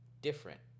different